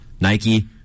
Nike